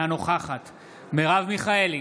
אינה נוכחת מרב מיכאלי,